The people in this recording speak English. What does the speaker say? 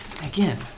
Again